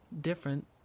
different